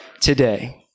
today